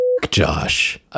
josh